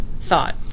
thought